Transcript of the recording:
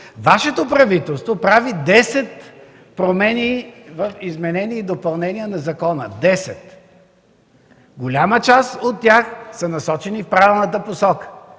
Вашето правителство прави 10 промени с изменения и допълнения на закона, десет! Голяма част от тях са в правилната посока.